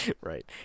Right